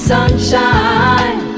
Sunshine